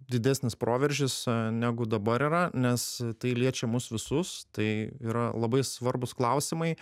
didesnis proveržis negu dabar yra nes tai liečia mus visus tai yra labai svarbūs klausimai